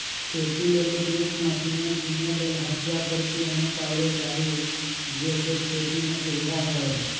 खेती लेल उपयुक्त मशिने कीने लेल हसुआ, खुरपी अनेक आउरो जाहि से खेति में सुविधा होय